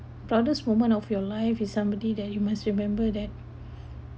proudest moment of your life is somebody that you must remember that